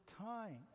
time